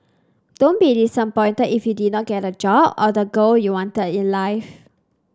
don't be disappointed if you did not get the job or the girl you wanted in life